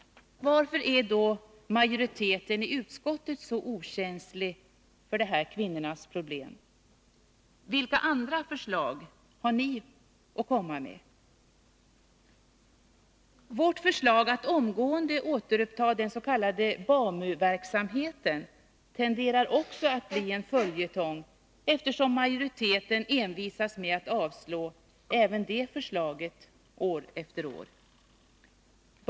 Varför är då majoriteten i utskottet så okänslig för de här kvinnornas problem? Vilka andra förslag har ni att komma med? Vårt förslag att omgående återuppta den s.k. BAMU-verksamheten tenderar att bli en följetong, eftersom majoriteten envisas med att avslå även detta förslag år efter år.